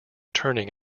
turning